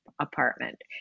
apartment